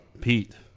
Pete